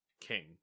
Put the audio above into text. King